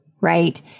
right